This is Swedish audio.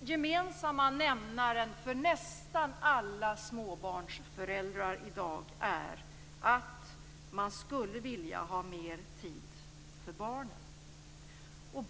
gemensamma nämnaren för nästan alla småbarnsföräldrar i dag är att man skulle vilja ha mer tid för barnen.